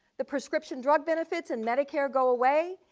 the prescription drug benefits and medicare go away,